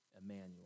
Emmanuel